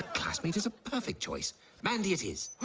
classmate is a perfect choice mandy it is